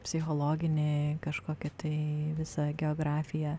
psichologinį kažkokį tai visa geografiją